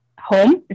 home